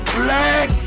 black